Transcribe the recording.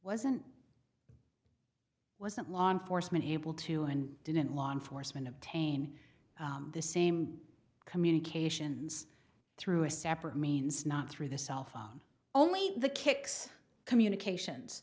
wasn't wasn't law enforcement able to and didn't law enforcement obtain the same communications through a separate means not through the cell phone only the kicks communications